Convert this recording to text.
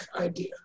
idea